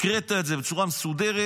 הקראת את זה בצורה מסודרת,